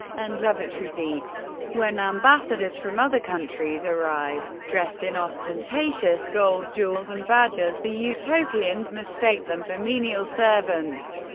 and lavatory seats. when ambassadors from other countries arrive, dressed in ostentatious gold jewels and badges, the utopians mistake them for menial servants,